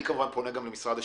אני פונה גם למשרד השיכון.